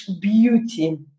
beauty